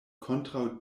kontraŭ